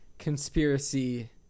conspiracy